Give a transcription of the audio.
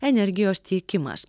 energijos tiekimas